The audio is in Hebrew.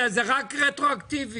זה רק רטרואקטיבית.